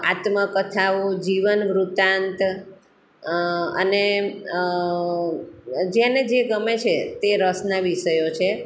આત્મકથાઓ જીવનવૃત્તાંત અને જેને જે ગમે છે તે રસના વિષયો છે